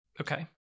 Okay